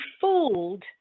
fooled